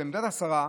עמדת השרה,